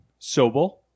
Sobel